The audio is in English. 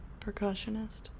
percussionist